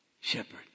shepherd